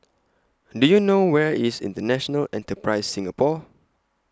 Do YOU know Where IS International Enterprise Singapore